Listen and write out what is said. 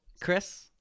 Chris